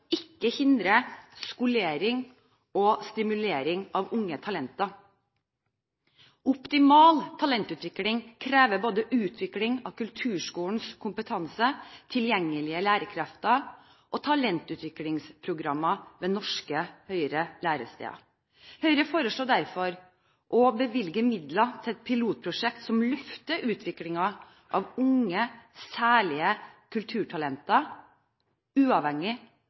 ikke hindrer skolering og stimulering av unge talenter. Optimal talentutvikling krever både utvikling av kulturskolens kompetanse, tilgjengelige lærerkrefter og talentutviklingsprogrammer ved norske høyere læresteder. Høyre foreslår derfor å bevilge midler til et pilotprosjekt som løfter utviklingen av unge særlige kulturtalenter uavhengig